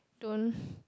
don't